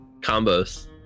combos